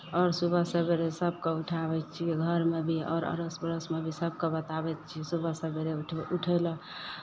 आओर सुबह सवेरे सभकेँ उठाबै छियै घरमे भी आओर अड़ोस पड़ोसमे भी सभकेँ बताबै छियै सुबह सवेरे उठय उठय लेल